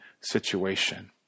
situation